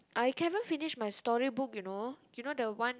I can even finish the storybook you know you know the one